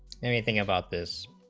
anything about this